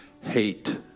hate